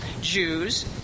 Jews